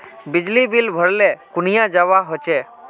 बिजली बिल भरले कुनियाँ जवा होचे?